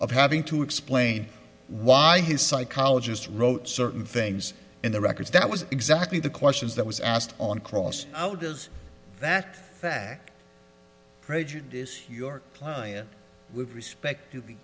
of having to explain why his psychologist wrote certain things in the records that was exactly the questions that was asked on cross now does that fact prejudice york playa with respect to the